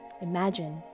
Imagine